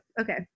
Okay